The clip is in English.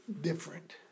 different